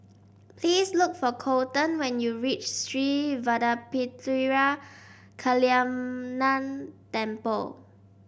please look for Coleton when you reach Sri Vadapathira Kaliamman Temple